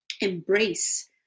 embrace